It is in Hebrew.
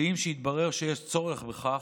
ואם יתברר שיש צורך בכך,